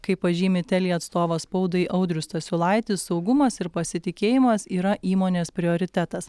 kaip pažymi telia atstovas spaudai audrius stasiulaitis saugumas ir pasitikėjimas yra įmonės prioritetas